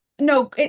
no